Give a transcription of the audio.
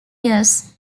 years